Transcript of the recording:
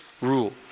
rule